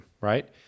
right